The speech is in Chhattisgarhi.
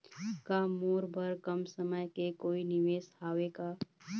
का मोर बर कम समय के कोई निवेश हावे का?